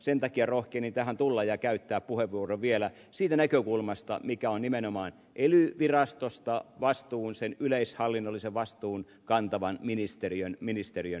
sen takia rohkenin tähän tulla ja käyttää puheenvuoron vielä siitä näkökulmasta mikä on nimenomaan ely virastosta vastuun sen yleishallinnollisen vastuun kantavan ministeriön näkemys